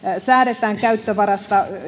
säädetään käyttövarasta